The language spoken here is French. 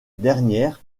dernière